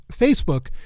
Facebook